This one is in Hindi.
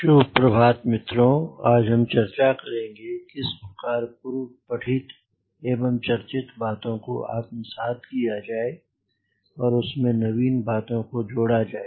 शुभप्रभात मित्रों आज हम चर्चा करेंगे कि किस प्रकार पूर्व पठित एवं चर्चित बातों को आत्मसात् किया जाए और उसमे नवीन बातों को जोड़ा जाए